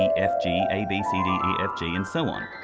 f, g, a, b, c, d, e, f, g, and so on.